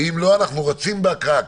אם לא, אנחנו רצים בהקראה.